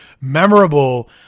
memorable